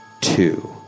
two